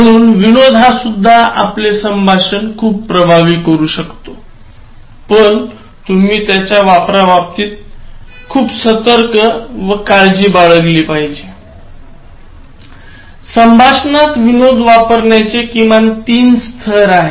म्हणून विनोद हा सुद्धा आपले संभाषण खूप प्रभावी करू शकते पण तुम्ही त्याच्या वापराबाबतीत सतर्क असला पाहिजे संभाषणात विनोद वापरण्याचे किमान ३ स्तर आहेत